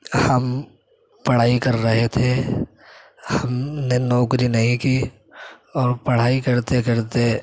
ہم پڑھائی کر رہے تھے ہم نے نوکری نہیں کی اور پڑھائی کرتے کرتے